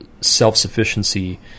self-sufficiency